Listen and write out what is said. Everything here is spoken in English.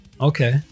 Okay